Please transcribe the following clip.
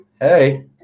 Hey